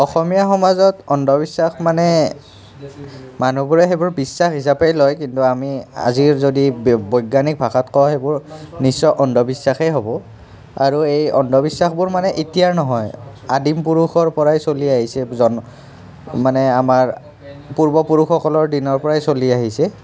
অসমীয়া সমাজত অন্ধবিশ্বাস মানে মানুহবোৰে সেইবোৰ বিশ্বাস হিচাপেই লয় কিন্তু আমি আজিৰ যদি বৈজ্ঞানিক ভাষাত কয় সেইবোৰ নিশ্চয় অন্ধবিশ্বাসেই হ'ব আৰু এই অন্ধবিশ্বাসবোৰ মানে এতিয়াৰ নহয় আদিম পুৰুষৰ পৰাই চলি আহিছে মানে আমাৰ পূৰ্বপুৰুষসকলৰ দিনৰ পৰাই চলি আহিছে